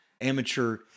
amateur